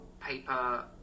paper